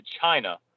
China